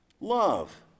love